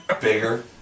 bigger